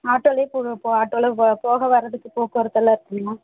ஆட்டோவிலே போக போ ஆட்டோவில போக போக வர்றதுக்கு போக்குவரத்துலாம் எப்படிங்க